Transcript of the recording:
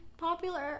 Popular